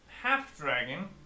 half-dragon